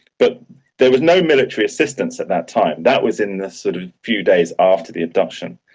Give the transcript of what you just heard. but there was no military assistance at that time, that was in the sort of few days after the abduction.